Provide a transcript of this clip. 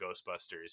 Ghostbusters